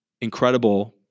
incredible